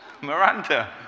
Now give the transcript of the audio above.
Miranda